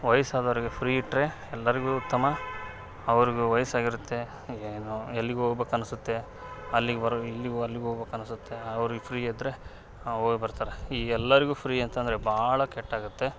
ವಯಸ್ಸಾದೋರಿಗೆ free ಇಟ್ರೆ ಎಲ್ಲರಿಗೂ ಉತ್ತಮ ಅವ್ರಿಗೂ ವಯಸ್ಸಾಗಿರುತ್ತೆ ಏನೋ ಎಲ್ಲಿಗೋ ಹೋಗ್ಬೇಕು ಅನಿಸುತ್ತೆ ಅಲ್ಲಿಗೆ ವರೆಗೆ ಇಲ್ಲಿಗೆ ಅಲ್ಲಿಗೆ ಹೋಗ್ಬೇಕು ಅನಿಸುತ್ತೆ ಅವ್ರಿಗೆ ಫ್ರೀ ಇದ್ರೆ ಹೋಗಿ ಬರ್ತಾರೆ ಈ ಎಲ್ಲರಿಗೂ ಫ್ರೀ ಅಂತಂದ್ರೆ ಭಾಳ ಕೆಟ್ಟಾಗತ್ತೆ